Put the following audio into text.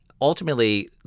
ultimately